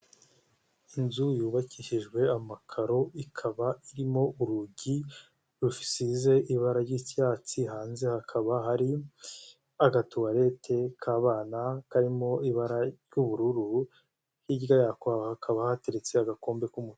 Inzu yubakishijwe amakaro ikaba irimo urugi rufisize ibara ry'isicyatsi, hanze hakaba hari agatuwarete k'abana karimo ibara ry'ubururu, hirya yako hakaba hateretse agakombe k'umutuku.